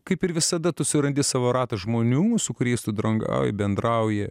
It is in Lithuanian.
kaip ir visada tu surandi savo ratą žmonių su kuriais tu draugauji bendrauji